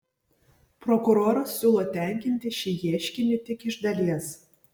prokuroras siūlo tenkinti šį ieškinį tik iš dalies